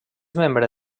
membre